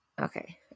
Okay